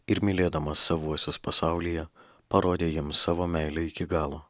ir mylėdamas savuosius pasaulyje parodė jiems savo meilę iki galo